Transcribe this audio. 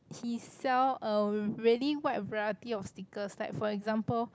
he sell a really wide variety of stickers like for example